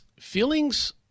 feelings